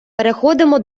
переходимо